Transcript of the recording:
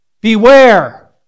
Beware